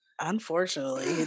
Unfortunately